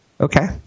Okay